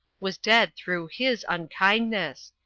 was dead through his unkindness,